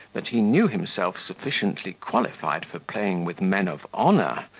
that he knew himself sufficiently qualified for playing with men of honour,